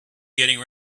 getting